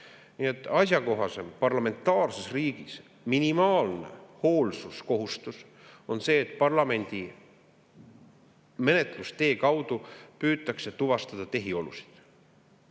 asjakohasem parlamentaarses riigis oleks, minimaalne hoolsuskohustus oleks see, kui parlamendi menetlustee kaudu püütaks tuvastada tehiolusid.